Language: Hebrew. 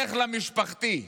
לך למשפחתי,